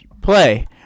Play